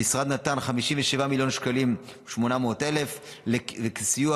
המשרד נתן 57 מיליון ו-800,000 שקלים סיוע